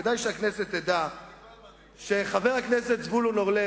כדאי שהכנסת תדע שחבר הכנסת זבולון אורלב